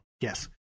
Yes